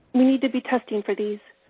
we need to be testing for these.